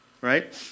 right